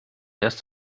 erst